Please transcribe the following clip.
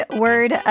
word